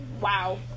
wow